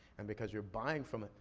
and because you're buying from a,